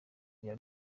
bya